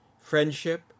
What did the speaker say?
friendship